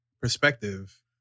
Perspective